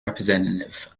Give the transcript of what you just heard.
representative